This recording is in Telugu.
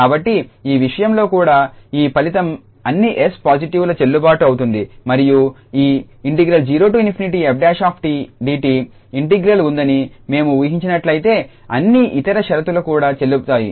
కాబట్టి మా విషయంలో కూడా ఈ ఫలితం అన్ని 𝑠 పాజిటివ్కు చెల్లుబాటు అవుతుంది మరియు ఈ0𝑓′𝑡𝑑𝑡 ఇంటిగ్రల్ ఉందని మేము ఊహించినట్లయితే అన్ని ఇతర షరతులు కూడా చెల్లుతాయి